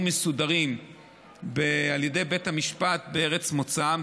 מסודרים על ידי בית המשפט בארץ מוצאם.